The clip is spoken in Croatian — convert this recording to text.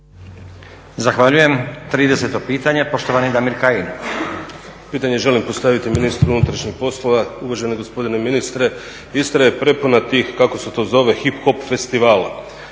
Zahvaljujem. 30. pitanje poštovani Damir Kajin. **Kajin, Damir (ID - DI)** Pitanje želim postaviti ministru unutrašnjih poslova. Uvaženi gospodine ministre, Istra je prepuno tih kako se to zove hip-hop festivala.